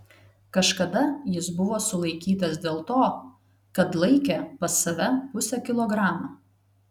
kažkada jis buvo sulaikytas dėl to kad laikė pas save pusę kilogramo